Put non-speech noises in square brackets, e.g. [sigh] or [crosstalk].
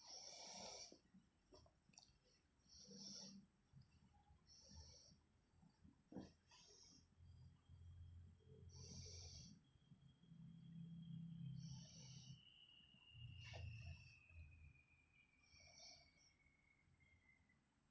[breath]